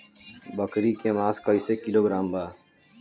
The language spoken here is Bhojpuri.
बकरी के मांस कईसे किलोग्राम बा?